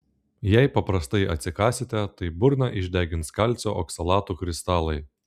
jei paprastai atsikąsite tai burną išdegins kalcio oksalatų kristalai